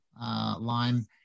lime